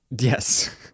Yes